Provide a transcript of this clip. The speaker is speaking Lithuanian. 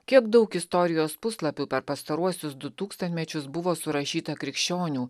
kiek daug istorijos puslapių per pastaruosius du tūkstantmečius buvo surašyta krikščionių